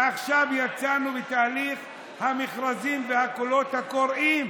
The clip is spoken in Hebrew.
ועכשיו יצאנו בתהליך המכרזים והקולות הקוראים.